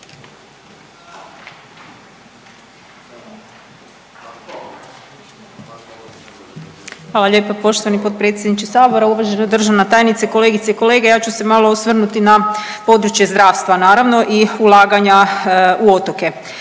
Hvala lijepa. Poštovani potpredsjedniče Sabora, uvažena državna tajnice, kolegice i kolege. Ja ću se malo osvrnuti na područje zdravstva naravno i ulaganja u otoke.